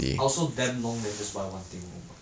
I also damn long then just buy one thing [one] [what]